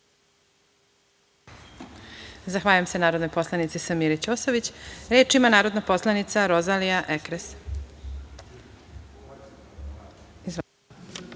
Zahvaljujem se narodnoj poslanici Samiri Ćosović. Reč ima narodna poslanica Rozalija Ekres.